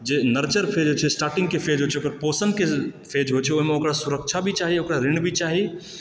जे nurture phase होइ छै स्टार्टिंग के फ़ेज होइ छै ओकर पोषण के फ़ेज होइ छै ओहिमे ओकरा सुरक्षा भी चाही ओकरा ऋण भी चाही